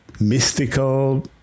mystical